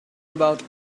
about